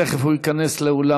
תכף הוא ייכנס לאולם